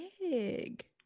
big